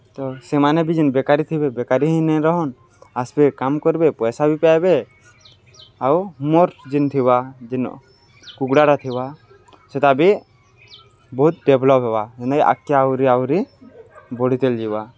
ତ ସେମାନେ ବି ଯେନ୍ ବେକାରୀ ଥିବେ ବେକାରୀ ହିଁ ନାଇଁ ରହନ୍ ଆସ୍ବେ କାମ୍ କର୍ବେ ପଏସା ବି ପାଏ ବେ ଆଉ ମୋର୍ ଯେନ୍ ଥିବା ଯେନ୍ କୁକୁଡ଼ାଟା ଥିବା ସେଟା ବି ବହୁତ୍ ଡେଭ୍ଲପ୍ ହେବା ଯେନ୍ତାକି ଆଗ୍କେ ଆହୁରି ଆହୁରି ବଢ଼ିତେଲ୍ ଯିବା